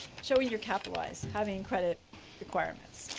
showing you're capitalized, having credit requirements.